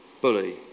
bully